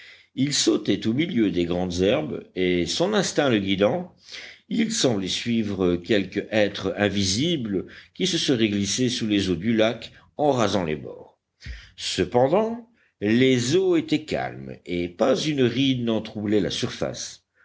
il sautait au milieu des grandes herbes et son instinct le guidant il semblait suivre quelque être invisible qui se serait glissé sous les eaux du lac en en rasant les bords cependant les eaux étaient calmes et pas une ride n'en troublait la surface